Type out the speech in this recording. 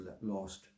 lost